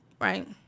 right